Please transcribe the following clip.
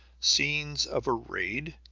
scenes of raid,